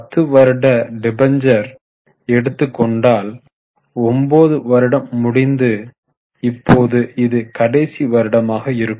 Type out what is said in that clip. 10 வருட டிபென்ட்ஷேர் எடுத்து கொண்டால் 9 வருடம் முடிந்து இப்போது இது கடைசி வருடமாக இருக்கும்